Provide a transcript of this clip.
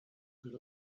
good